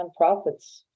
nonprofits